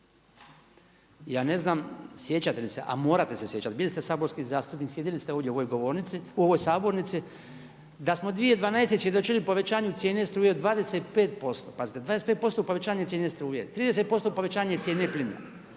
ja ne znam sjećate li se a morate se sjećati, bili ste saborski zastupnik, sjedili ste ovdje u ovoj sabornici, da smo 2012. svjedočili povećanju cijene struje od 25%, pazite 25% povećanje cijene struje, 30% povećanje cijene plina,